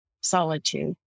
solitude